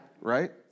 right